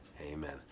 Amen